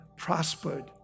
prospered